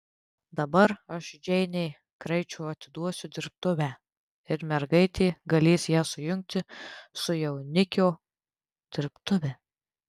dabar aš džeinei kraičio atiduosiu dirbtuvę ir mergaitė galės ją sujungti su jaunikio dirbtuve